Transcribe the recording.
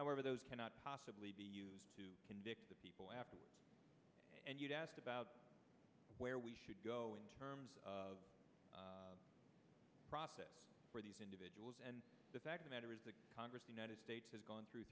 however those cannot possibly be used to convict people after and you've asked about where we should go in terms of a process where these individuals and the fact the matter is the congress the united states has gone through